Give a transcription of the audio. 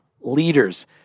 leaders